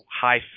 high